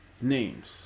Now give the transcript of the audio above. names